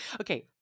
Okay